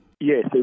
Yes